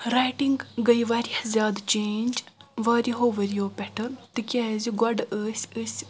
writing گٔے واریاہ زیادٕ چینج واریاہو ؤرۍ یو پٮ۪ٹھہٕ تہِ کیاز گۄڈٕ ٲسۍ أسۍ